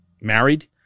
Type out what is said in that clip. married